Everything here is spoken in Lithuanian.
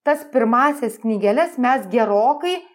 tas pirmąsias knygeles mes gerokai